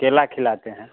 केला खिलाते हैं